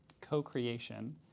co-creation